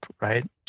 right